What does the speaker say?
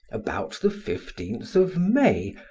about the fifteenth of may,